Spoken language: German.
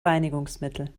reinigungsmittel